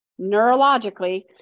neurologically